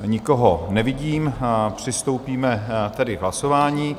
Nikoho nevidím, přistoupíme tedy k hlasování.